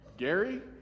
Gary